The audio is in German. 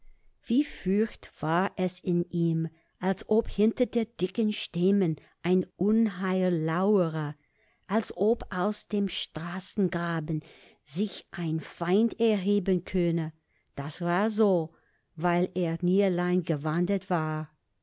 wie furcht war es in ihm als ob hinter den dicken stämmen ein unheil lauere als ob aus dem straßengraben sich ein feind erheben könne das war so weil er nie allein gewandert war